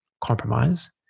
compromise